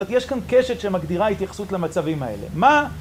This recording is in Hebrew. יש כאן קשת שמגדירה התייחסות למצבים האלה, מה?